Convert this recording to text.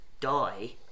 die